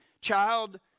child